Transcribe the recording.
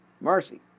mercy